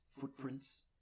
footprints